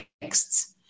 texts